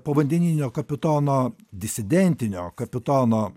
povandeninio kapitono disidentinio kapitono